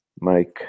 Mike